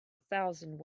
thousand